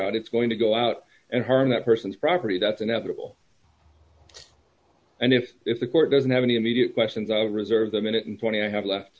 out it's going to go out and harm that person's property that's inevitable and if if the court doesn't have any immediate questions i reserve the minute and twenty i have left